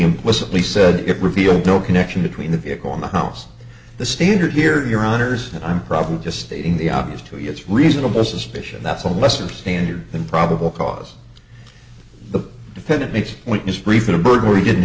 implicitly said it revealed no connection between the vehicle in the house the standard here your honour's and i'm probably just stating the obvious to you it's reasonable suspicion that's a lesser standard than probable cause the defendant makes what is preferred a burglary didn't